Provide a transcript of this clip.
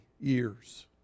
years